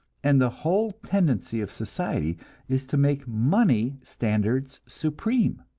and the whole tendency of society is to make money standards supreme.